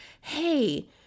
hey